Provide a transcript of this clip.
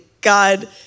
God